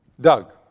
Doug